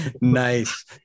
nice